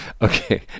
Okay